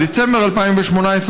בדצמבר 2018,